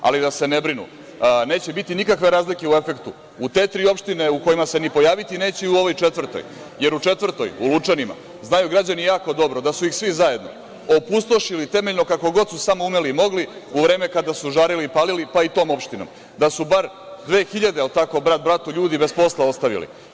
Ali, da se ne brinu, neće biti nikakve razlike u efektu u te tri opštine u kojima se ni pojaviti neće, i u ovoj četvrtoj, jer u četvrtoj, u Lučanima, znaju građani jako dobro da su iz svi zajedno opustošili temeljno, kako god su samo umeli i mogli, u vreme kada su žarili i palili, pa i tom opštinom, da su bar 2.000, brat bratu, ljudi bez posla ostavili.